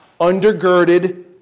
undergirded